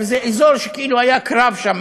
וזה אזור שכאילו היה קרב שם,